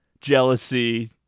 jealousy